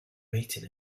meeting